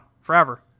forever